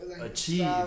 achieve